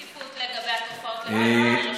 אין שקיפות לגבי תופעות הלוואי.